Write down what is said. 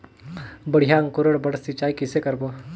बढ़िया अंकुरण बर सिंचाई कइसे करबो?